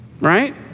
right